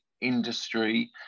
industry